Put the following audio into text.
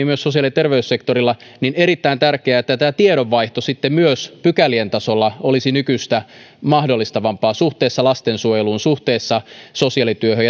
myös sosiaali ja terveyssektorilla on erittäin tärkeää että tämä tiedonvaihto sitten myös pykälien tasolla olisi nykyistä mahdollisempaa suhteessa lastensuojeluun suhteessa sosiaalityöhön